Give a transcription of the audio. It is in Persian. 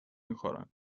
میخورم